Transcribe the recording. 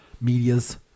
medias